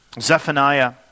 Zephaniah